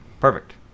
Perfect